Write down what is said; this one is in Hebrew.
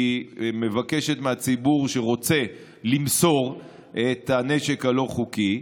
היא מבקשת מהציבור שרוצה בכך למסור את הנשק הלא-חוקי,